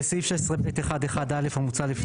בסעיף 16(ב1)(1)(א) המוצע,